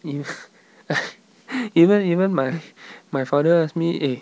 ev~ even even my my father ask me eh